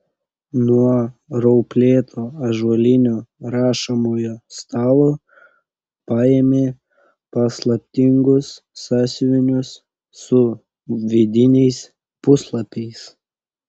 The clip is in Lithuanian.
nuo rauplėto ąžuolinio rašomojo stalo paėmė paslaptingus sąsiuvinius su vidiniais puslapiais